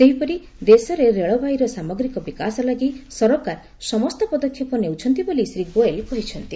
ସେହିପରି ଦେଶରେ ରେଳବାଇର ସାମଗ୍ରିକ ବିକାଶ ଲାଗି ସରକାର ସମସ୍ତ ପଦକ୍ଷେପ ନେଉଛନ୍ତି ବୋଲି ଶ୍ରୀ ଗୋଏଲ କହିଛନ୍ତି